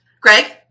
Greg